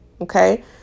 okay